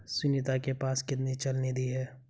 सुनीता के पास कितनी चल निधि है?